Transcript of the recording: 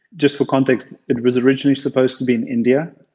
just for context, it was originally supposed to be in india,